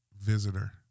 visitor